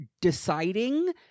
deciding